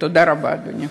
תודה רבה, אדוני.